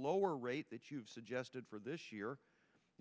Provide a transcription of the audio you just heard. lower rate that you've suggested for this year